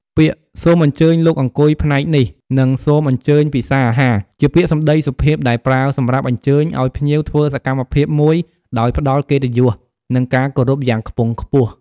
ពាក្យ "សូមអញ្ជើញលោកអង្គុយផ្នែកនេះ" និង "សូមអញ្ជើញពិសារអាហារ" ជាពាក្យសម្តីសុភាពដែលប្រើសម្រាប់អញ្ជើញ ឲ្យភ្ញៀវធ្វើសកម្មភាពមួយដោយផ្ដល់កិត្តិយស និងការគោរពយ៉ាងខ្ពង់ខ្ពស់។